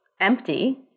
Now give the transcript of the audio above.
empty